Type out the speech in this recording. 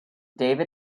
david